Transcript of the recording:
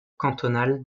cantonal